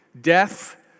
death